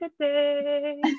today